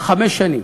חמש שנים,